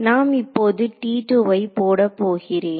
நான் இப்போது ஐ போடப் போகிறேன்